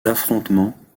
affrontements